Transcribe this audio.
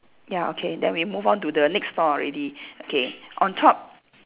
ya okay then we move on to the next store already okay on top